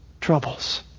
troubles